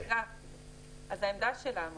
אז העמדה שלנו,